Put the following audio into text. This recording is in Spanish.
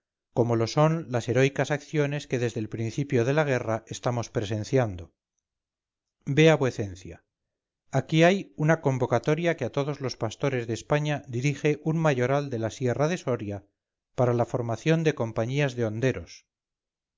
como lo son las heroicas acciones que desde el principio de la guerra estamos presenciando vea vuecencia aquí hay una convocatoria que a todos los pastores de españa dirige un mayoral de la sierra de soria para la formación de compañías de honderos